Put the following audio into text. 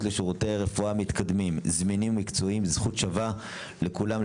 לשירותי רפואה מתקדמים זמינים ומקצועיים זו זכות שווה לכולם,